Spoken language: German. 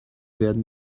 werden